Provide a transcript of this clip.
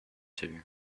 two